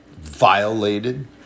violated